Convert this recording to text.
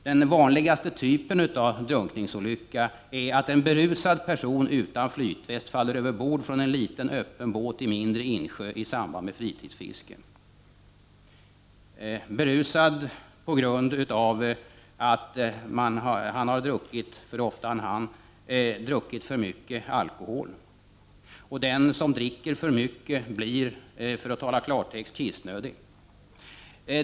Den vanligaste typen av drunkningsolyckor är att en berusad person utan flytväst faller över bord från en liten, öppen båt i mindre insjö i samband med fritidsfiske. Han är berusad på grund av att han har druckit för mycket alkohol. Den som dricker för mycket blir, för att tala klartext, kissnödig.